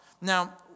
Now